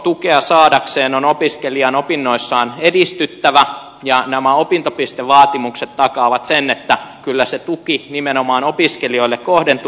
opintotukea saadakseen on opiskelijan opinnoissaan edistyttävä ja nämä opintopistevaatimukset takaavat sen että kyllä se tuki nimenomaan opiskelijoille kohdentuu